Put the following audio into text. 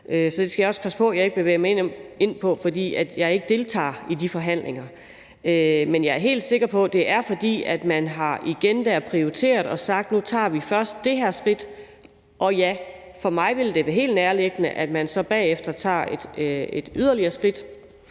så det skal jeg også passe på jeg ikke bevæger mig ind på, for jeg deltager ikke i de forhandlinger. Men jeg er helt sikker på, at det er, fordi man igen har prioriteret der og sagt: Nu tager vi først det her skridt. Og ja, for mig ville det være helt nærliggende, at man så bagefter tager et yderligere skridt,